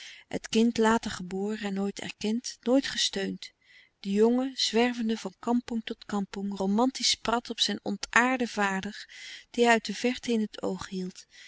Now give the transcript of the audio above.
het kind later geboren en nooit erkend nooit gesteund de jongen zwervende louis couperus de stille kracht van kampong tot kampong romantisch prat op zijn ontaarden vader dien hij uit de verte in het oog hield